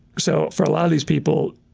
so for a lot of these people,